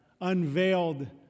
unveiled